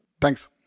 Thanks